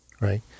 right